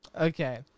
Okay